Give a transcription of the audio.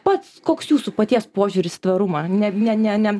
pats koks jūsų paties požiūris į tvarumą ne ne ne ne